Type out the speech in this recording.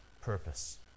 purpose